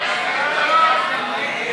סעיף 33,